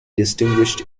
distinguished